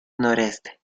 noreste